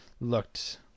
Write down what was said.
looked